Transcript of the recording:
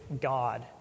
God